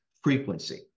frequency